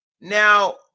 Now